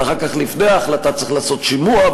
ואחר כך לפני ההחלטה צריך לעשות שימוע,